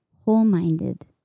whole-minded